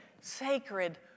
sacred